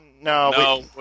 no